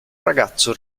ragazzo